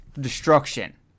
destruction